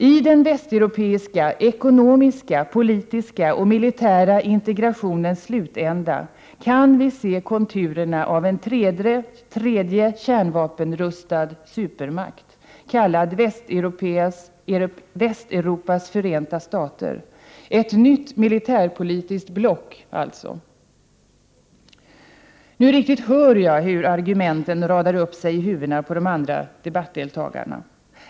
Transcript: I den västeuropeiska ekonomiska, politiska och militära integrationens slutända kan vi se konturerna av en tredje kärnvapenrustad supermakt, kallad Västeuropas förenta stater, dvs. ett nytt militärpolitiskt block. Nu riktigt hör jag hur argumenten radar upp sig i huvudet på de andra debattdeltagarna.